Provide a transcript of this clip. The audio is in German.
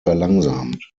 verlangsamt